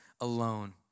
alone